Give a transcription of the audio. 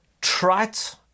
trite